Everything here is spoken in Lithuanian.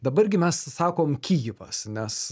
dabar gi mes sakom kijivas nes